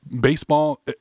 baseball